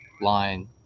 line